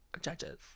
judges